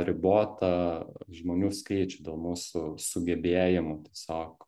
ribotą žmonių skaičių dėl mūsų sugebėjimų tiesiog